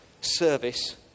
service